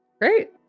great